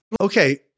Okay